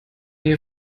nähe